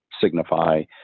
signify